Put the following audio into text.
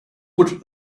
would